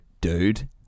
dude